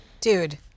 Dude